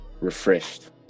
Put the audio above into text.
refreshed